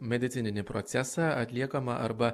medicininį procesą atliekamą arba